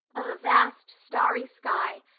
of a vast starry sky,